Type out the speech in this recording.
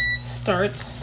start